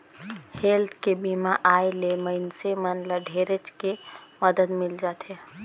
health के बीमा आय ले मइनसे मन ल ढेरेच के मदद मिल जाथे